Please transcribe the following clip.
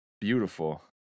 beautiful